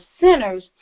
sinners